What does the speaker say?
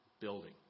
building